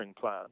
plan